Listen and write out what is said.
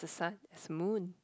the sun as moon